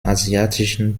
asiatischen